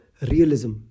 realism